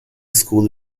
school